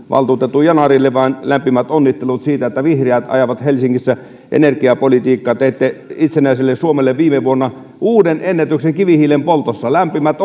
valtuutettu yanarille vain lämpimät onnittelut siitä että vihreät ajavat helsingissä energiapolitiikkaa teitte itsenäiselle suomelle viime vuonna uuden ennätyksen kivihiilen poltossa lämpimät